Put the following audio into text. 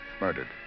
Murdered